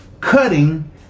cutting